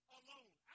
alone